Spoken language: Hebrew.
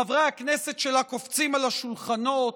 חברי הכנסת שלה קופצים על השולחנות,